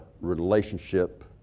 relationship